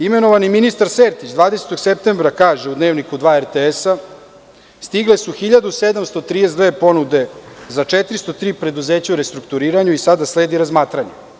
Imenovani ministar Sertić 20. septembra kaže u Dnevniku 2 RTS – stigle su 1.732 ponude za 403 preduzeća u restrukturiranju i sada sledi razmatranje.